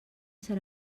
serà